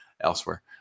elsewhere